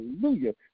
Hallelujah